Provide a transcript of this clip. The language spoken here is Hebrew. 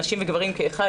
נשים וגברים כאחד,